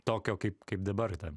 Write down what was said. tokio kaip kaip dabar ten